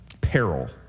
peril